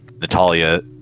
Natalia